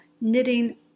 knitting